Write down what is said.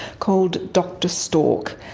called dr stork,